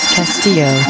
Castillo